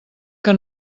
que